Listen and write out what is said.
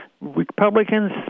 Republicans